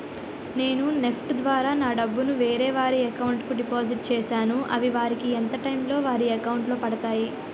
నేను నెఫ్ట్ ద్వారా నా డబ్బు ను వేరే వారి అకౌంట్ కు డిపాజిట్ చేశాను అవి వారికి ఎంత టైం లొ వారి అకౌంట్ లొ పడతాయి?